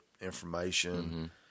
information